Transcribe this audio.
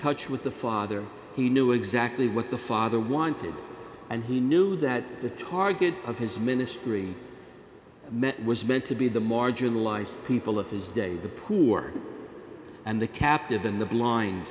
touch with the father he knew exactly what the father wanted and he knew that the target of his ministry meant was meant to be the marginalized people of his day the poor and the captive in the blind